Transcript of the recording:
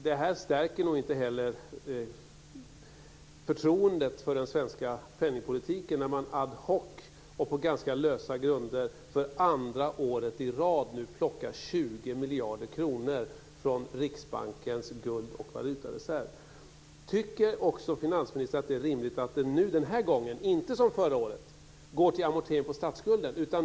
Det stärker nog inte heller förtroendet för den svenska penningpolitiken när man ad hoc och på ganska lösa grunder för andra året i rad plockar 20 Tycker finansministern att det är rimligt att pengarna den här gången, inte som förra året, går till amortering av statsskulden?